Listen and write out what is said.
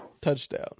touchdown